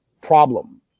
problem